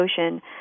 Ocean